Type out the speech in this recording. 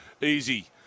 easy